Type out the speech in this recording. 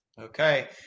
Okay